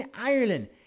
Ireland